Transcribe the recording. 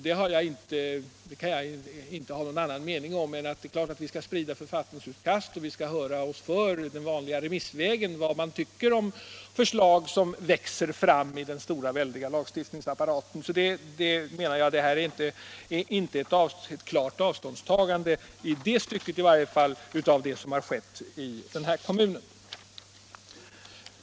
Där har jag inte någon annan mening än att det är klart att vi skall sprida författningsutkast och höra oss för den vanliga remissvägen vad man tycker om förslag som växer fram i den stora lagstiftningsapparaten. Det är inte ett klart avståndstagande i det stycket från vad som har skett i den här kommunen.